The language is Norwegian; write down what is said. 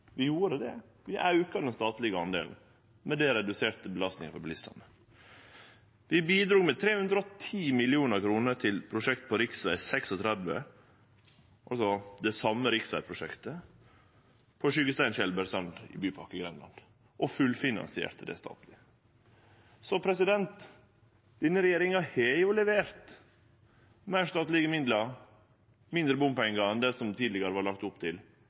med det belastninga på bilistane. Vi bidrog med 310 mill. kr til eit prosjekt på rv. 36, det same riksvegprosjektet, på Skyggestein–Skjelbredstrand i Bypakke Grenland, og fullfinansierte det. Så denne regjeringa har levert – meir statlege midlar, mindre bompengar enn det tidlegare var lagt opp til,